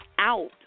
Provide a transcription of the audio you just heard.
out